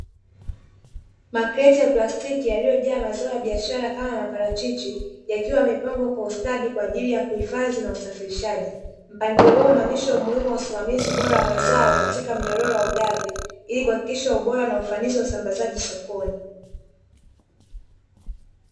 Makireti ya plastiki yaliyojaa mazao ya biashara kama maparachichi yakiwa mipango kwa ustadi kwa ajili ya kuhifadhi na usafirishaji, mpangilio huu unaonyesha umuhimu wa usimamizi bora wa mazao katika mnyororo wa ugavi ili kuhakikisha ubora na ufanisi wa usambazaji sokoni.